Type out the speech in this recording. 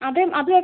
അതും അത്